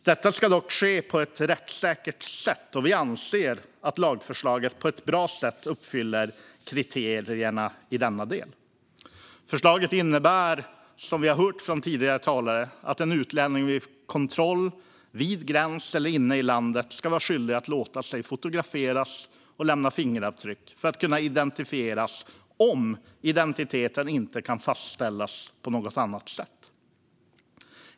Detta ska dock ske på ett rättssäkert sätt, och vi anser att lagförslaget på ett bra sätt uppfyller kriterierna i denna del. Förslagen innebär, som vi hört från tidigare talare, att en utlänning vid kontroll vid gräns eller inne i landet ska vara skyldig att låta sig fotograferas och lämna fingeravtryck för att kunna identifieras om identiteten inte kan fastställas på något annat sätt.